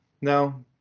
no